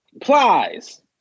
Plies